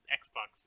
xbox